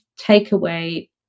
takeaway